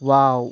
wow